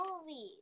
movies